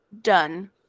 Done